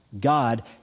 God